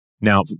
Now